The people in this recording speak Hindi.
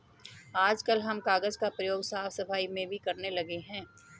आजकल हम कागज का प्रयोग साफ सफाई में भी करने लगे हैं